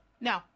No